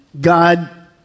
God